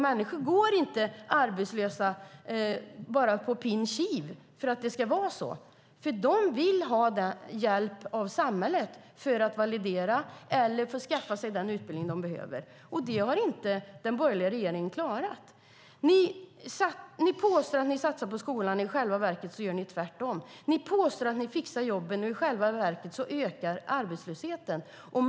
Människor går inte arbetslösa på pin kiv. De vill ha hjälp av samhället för att validera kompetens eller för att skaffa sig den utbildning de behöver. Det har inte den borgerliga regeringen klarat. Ni påstår att ni satsar på skolan. I själva verket gör ni tvärtom. Ni påstår att ni fixar jobben, men i själva verket ökar arbetslösheten.